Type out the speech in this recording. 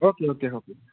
okay okay হ'ব